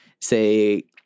say